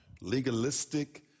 legalistic